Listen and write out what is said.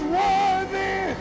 worthy